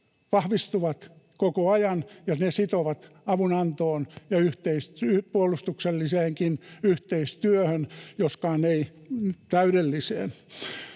vahvistuvat koko ajan, ja sitoo avunantoon ja puolustukselliseenkin yhteistyöhön, joskaan ei täydelliseen.